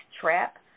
trap